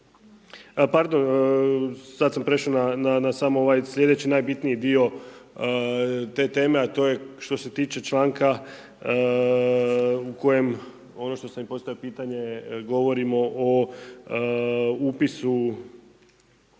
pardon, sad sam prešao na sam ovaj sljedeći najbitniji dio te teme, a to je što se tiče članka u kojem, ono što sam i postavio pitanje, govorimo o upisu